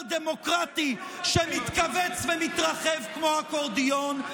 דמוקרטי שמתכווץ ומתרחב כמו אקורדיון,